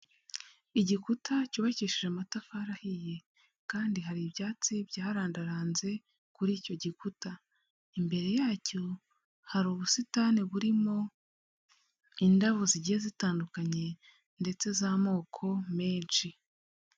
Igikuta cyubakishije amatafari ahiye kandi hari ibyatsi byarandaranze kuri icyo gikuta. Imbere yacyo hari ubusitani burimo indabo zigiye zitandukanye ndetse z'amoko menshi.